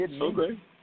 okay